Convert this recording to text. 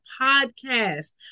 podcast